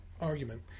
argument